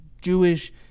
Jewish